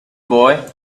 boy